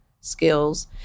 skills